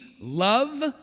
love